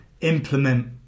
implement